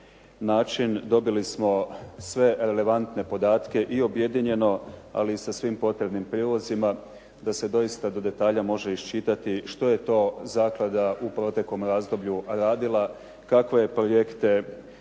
način. Dobili smo sve relevantne podatke i objedinjeno ali i sa svim potrebnim prilozima da se doista do detalja može iščitati što je to zaklada u proteklom razdoblju radila, kakve je projekte